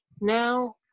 now